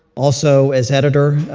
also as editor,